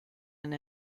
and